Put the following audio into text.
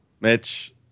Mitch